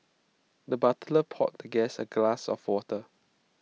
the butler poured the guest A glass of water